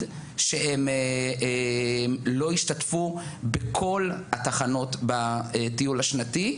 שהם לא השתתפו בכל התחנות בטיול השנתי,